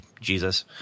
Jesus